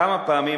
כמה פעמים,